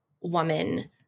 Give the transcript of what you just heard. woman